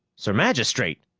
sir magistrate!